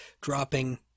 dropping